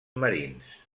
marins